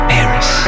Paris